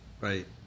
Right